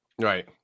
Right